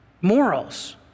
morals